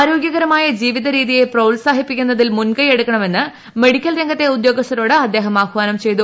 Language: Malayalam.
ആരോഗ്യകരമായ ജീവിതരീതിയെ പ്രോത്സാഹിപ്പിക്കുന്നതിൽ മുൻകൈയെടുക്കണമെന്ന് മെഡിക്കൽ രംഗത്തെ ഉദ്യോഗസ്ഥരോട് അദ്ദേഹം ആഹ്വാനം ചെയ്തു